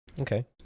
Okay